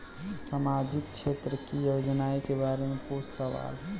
सामाजिक क्षेत्र की योजनाए के बारे में पूछ सवाल?